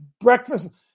breakfast